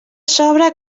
sobre